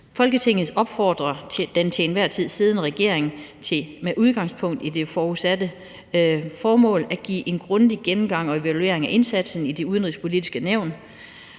Folketinget den til enhver tid siddende regering til, med udgangspunkt i det forudsatte formål, at give en grundig gennemgang og evaluering af indsatsen i Det Udenrigspolitiske Nævn,